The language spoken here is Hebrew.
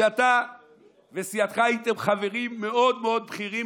שאתה וסייעתך הייתם חברים מאוד מאוד בכירים